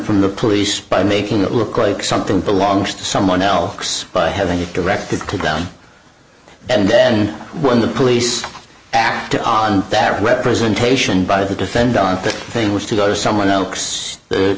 from the police by making it look like something belongs to someone else by having a directive to down and then when the police act on that representation by the defendant that thing was to go to someone else the